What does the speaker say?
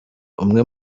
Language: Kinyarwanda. umwe